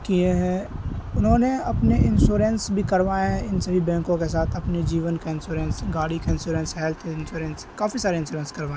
کیے ہیں انہوں نے اپنے انشورنس بھی کروائے ہیں ان سبھی بینکوں کے ساتھ اپنے جیون کا انشورنس گاڑی کا انشورنس ہیلتھ انشورنس کافی سارے انشورنس کروا